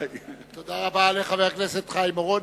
תודה רבה לחבר הכנסת חיים אורון.